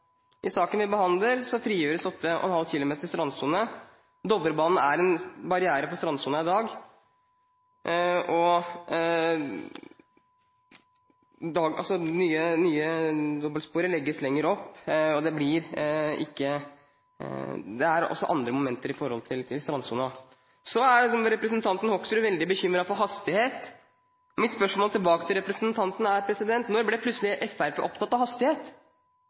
I saken vi behandler, frigjøres 8,5 km strandsone. Dovrebanen er en barriere for strandsonen i dag, og det nye dobbeltsporet legges lenger opp. Det er også andre momenter i forhold til strandsonen. Så er representanten Hoksrud veldig bekymret for hastighet. Mitt spørsmål tilbake til representanten er: Når ble plutselig Fremskrittspartiet opptatt av hastighet?